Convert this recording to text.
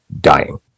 dying